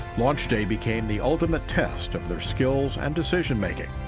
launch day became the ultimate test of their skills and decision-making.